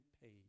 paid